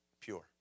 Pure